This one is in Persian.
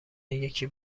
یکی